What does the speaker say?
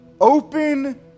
open